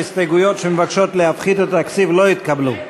ההסתייגויות שמבקשות להפחית את התקציב לא התקבלו.